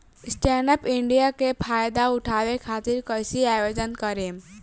Stand up India के फाइदा उठाओ खातिर कईसे आवेदन करेम?